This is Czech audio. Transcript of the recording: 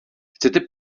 chcete